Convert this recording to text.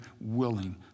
willing